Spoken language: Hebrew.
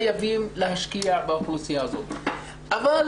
חייבים להשקיע באוכלוסייה הזאת,